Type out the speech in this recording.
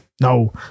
no